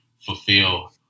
fulfill